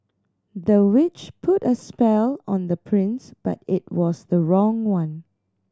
the witch put a spell on the prince but it was the wrong one